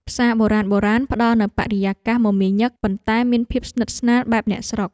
ផ្សារបុរាណៗផ្តល់នូវបរិយាកាសមមាញឹក ប៉ុន្តែមានភាពស្និទ្ធស្នាលបែបអ្នកស្រុក។